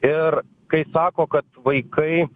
ir kai sako kad vaikai